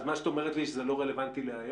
אז מה שאת אומרת לי, שזה לא רלוונטי להיום?